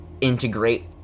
integrate